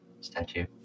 statue